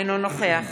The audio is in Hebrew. אינו נוכח